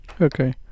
okay